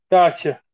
Gotcha